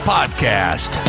Podcast